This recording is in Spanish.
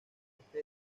esta